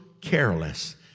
careless